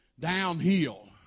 Downhill